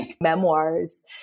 memoirs